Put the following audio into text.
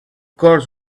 course